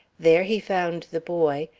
there he found the boy,